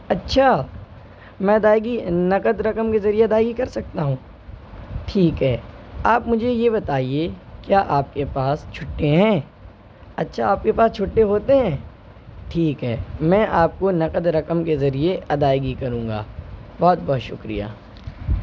اچھا میں ادائیگی نقد رقم کے ذریعے ادائیگی کر سکتا ہوں ٹھیک ہے آپ مجھے یہ بتائیے کیا آپ کے پاس چھٹّے ہیں اچھا آپ کے پاس چھٹّے ہوتے ہیں ٹھیک ہے میں آپ کو نقد رقم کے ذریعے ادائیگی کروں گا بہت بہت شکریہ